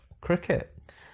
cricket